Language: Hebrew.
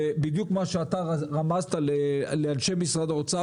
זה בדיוק מה שאתה רמזת לאנשי משרד האוצר,